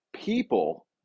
people